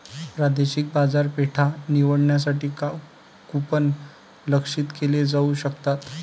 प्रादेशिक बाजारपेठा निवडण्यासाठी कूपन लक्ष्यित केले जाऊ शकतात